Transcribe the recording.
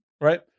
right